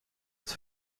het